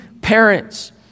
parents